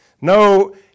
no